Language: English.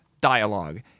dialogue